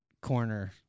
corner